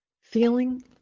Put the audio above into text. Feeling